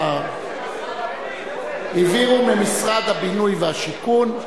העבירו ממשרד הבינוי והשיכון.